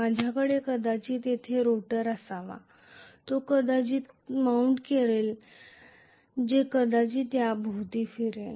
माझ्याकडे कदाचित येथे रोटर असावा जो कदाचित तो येथे माउंट करेल जे कदाचित याभोवती फिरेल